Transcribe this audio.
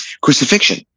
crucifixion